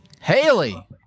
Haley